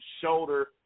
shoulder